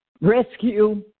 rescue